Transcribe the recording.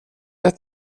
att